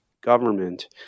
government